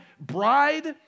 bride